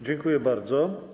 Dziękuję bardzo.